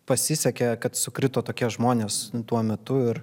pasisekė kad sukrito tokie žmonės tuo metu ir